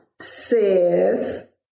says